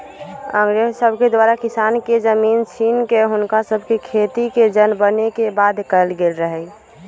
अंग्रेज सभके द्वारा किसान के जमीन छीन कऽ हुनका सभके खेतिके जन बने के बाध्य कएल गेल रहै